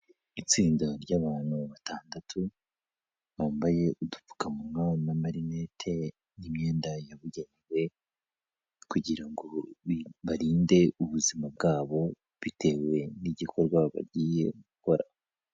Itsinda ry'abantu batandatu, bambaye udupfukamunwa n'amarinete n'imyenda yabugenewe kugira ngo barinde ubuzima bwabo bitewe n'igikorwa bagiye gukora.